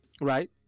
Right